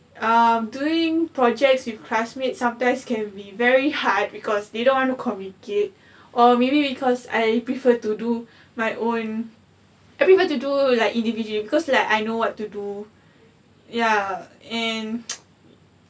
um doing projects with classmates sometimes can be very hard because they don't want to communicate or maybe because I prefer to do my own I prefer to do like individual cause like I know what to do ya and